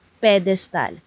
pedestal